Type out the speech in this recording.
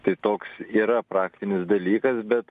tai toks yra praktinis dalykas bet